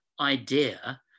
idea